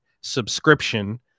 subscription